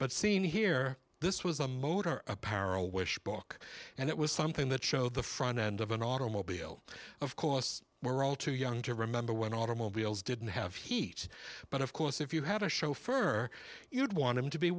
but seen here this was a motor apparel wish book and it was something that showed the front end of an automobile of course we're all too young to remember when automobiles didn't have heat but of course if you had a chauffeur you would want him to be